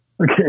Okay